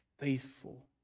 faithful